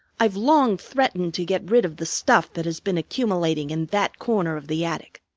i've long threatened to get rid of the stuff that has been accumulating in that corner of the attic.